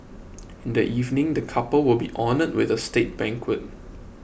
in the evening the couple will be honoured with a state banquet